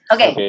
Okay